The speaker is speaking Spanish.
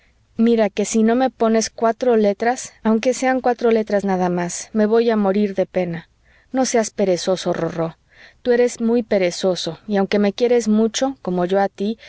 mira que si no me pones cuatro letras aunque sean cuatro letras nada más me voy a morir de pena no seas perezoso rorró tú eres muy perezoso y aunque me quieres mucho como yo a tí